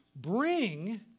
bring